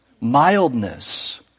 mildness